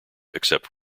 except